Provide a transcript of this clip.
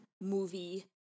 movie